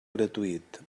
gratuït